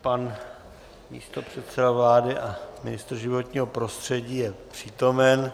Pan místopředseda vlády a ministr životního prostředí je přítomen.